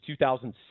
2006